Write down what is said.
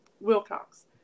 Wilcox